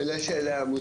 אלא של העמותה.